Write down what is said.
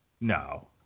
No